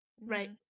right